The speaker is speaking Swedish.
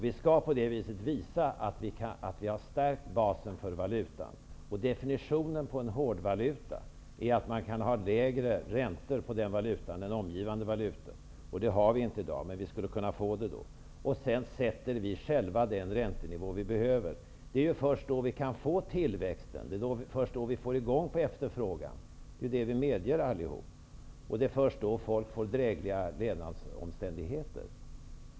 Vi skall på det sättet visa att vi har stärkt basen för valutan. Definitionen på en hårdvaluta är att man kan ha lägre räntor på den valutan än omgivande valutor. Det har vi inte i dag, men vi skulle kunna få det då. Sedan sätter vi själva den räntenivå vi behöver. Det är först då vi kan få tillväxt, det är först då vi får i gång efterfrågan -- det medger vi allihop -- och det är först då folk får drägliga levnadsomständigheter.